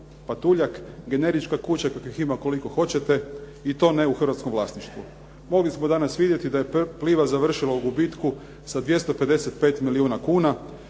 patuljak, generička kuća kakvih ima koliko hoćete i to ne u hrvatskom vlasništvu. Mogli smo danas vidjeti da je Pliva završila u gubitku sa 255 milijuna kuna,